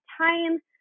time